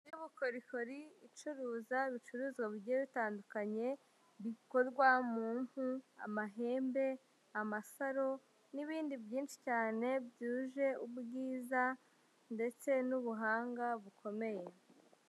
Inzu y'ubukorikori, icuruza ibicuruzwa bigiye bitandukanye, bikorwa mumpu, amahembe, amasaro, n'ibindi byinshi cyane, byuje ubwiza ndetse n'ubuhanga bukomeye.